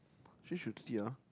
she should see ah